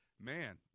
Man